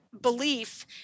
belief